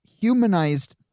humanized